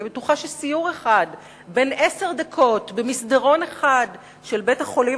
אני בטוחה שסיור אחד בן עשר דקות במסדרון אחד של בית-החולים